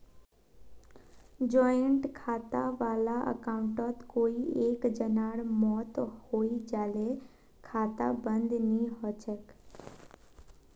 joint खाता वाला अकाउंटत कोई एक जनार मौत हैं जाले खाता बंद नी हछेक